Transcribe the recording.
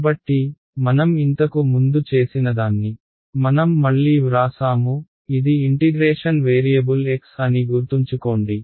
కాబట్టి మనం ఇంతకు ముందు చేసినదాన్ని మనం మళ్లీ వ్రాసాము ఇది ఇంటిగ్రేషన్ వేరియబుల్ x అని గుర్తుంచుకోండి